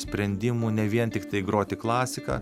sprendimų ne vien tiktai groti klasiką